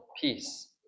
peace